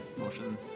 Motion